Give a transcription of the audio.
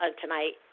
tonight